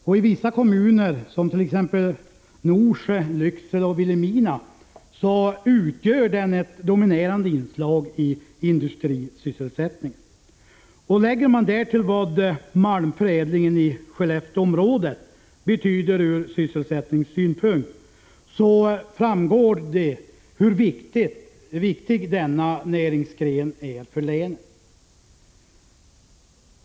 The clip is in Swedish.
I vissa kommuner, som t.ex. Norsjö, Lycksele och Vilhelmina, utgör den ett dominerande inslag i industrisysselsättningen. Lägger man därtill vad malmförädlingen i Skellefteområdet betyder ur sysselsättningssynpunkt så framgår det hur viktig denna näringsgren är för länet.